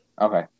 Okay